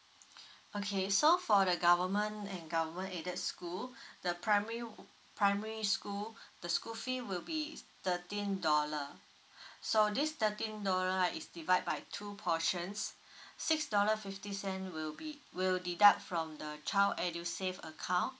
okay so for the government and government aided school the primary one primary school the school fee will be thirteen dollar so this thirteen dollar is divide by two portions six dollar fifty cent will be will deduct from the child edusave account